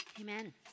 Amen